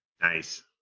nice